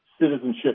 citizenship